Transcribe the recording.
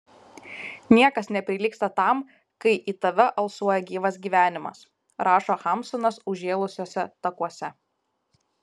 niekas neprilygsta tam kai į tave alsuoja gyvas gyvenimas rašo hamsunas užžėlusiuose takuose